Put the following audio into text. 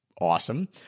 awesome